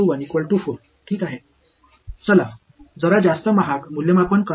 எனவே இங்கே புள்ளிகளுக்கு இடையிலான இடைவெளி இது 3 புள்ளிகள் 1 முதல் 1 வரை